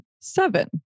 seven